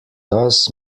thus